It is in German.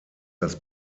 das